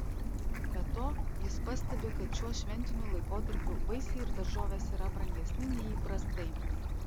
be to jis pastebi kad šiuo šventiniu laikotarpiu vaisiai ir daržovės yra brangesni nei įprastai